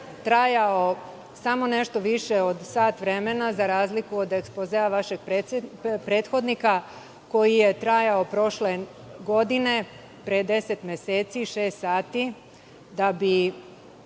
trajao samo nešto više od sat vremena za razliku od ekspozea vašeg prethodnika koji je trajao prošle godine, pre deset meseci, šest sati da bi